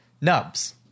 Nubs